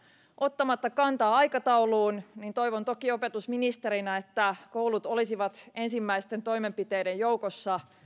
ottamatta kantaa aikatauluun toivon toki opetusministerinä että koulut olisivat ensimmäisten toimenpiteiden joukossa